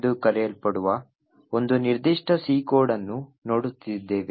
ಎಂದು ಕರೆಯಲ್ಪಡುವ ಒಂದು ನಿರ್ದಿಷ್ಟ C ಕೋಡ್ ಅನ್ನು ನೋಡುತ್ತಿದ್ದೇವೆ